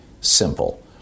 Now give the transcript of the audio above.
simple